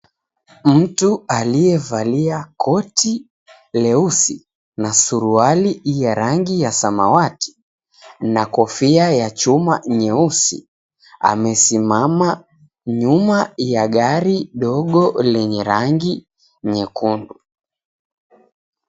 Mtu aliyevalia koti leusi na suruali ya rangi ya samawati na kofia ya chuma nyeusi, amesimama nyuma ya gari dogo lenye rangi nyekundu.